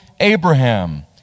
Abraham